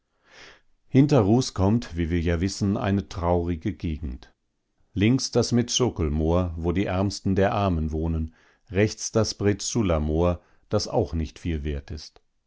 hinter ruß kommt wie wir ja wissen eine traurige gegend links das medszokel moor wo die ärmsten der armen wohnen rechts das bredszuller moor das auch nicht viel wert ist